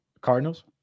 Cardinals